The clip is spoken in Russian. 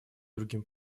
другим